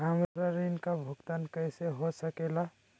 हमरा ऋण का भुगतान कैसे हो सके ला?